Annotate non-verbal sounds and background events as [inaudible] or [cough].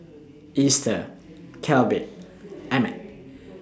[noise] Easter Kelby Emmit